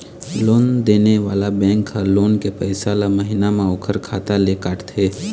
loan देने वाला bank ह लोन के पइसा ल महिना म ओखर खाता ले काटथे